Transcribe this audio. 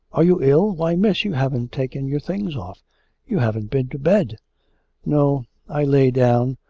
are you ill? why, miss, you haven't taken your things off you haven't been to bed no i lay down.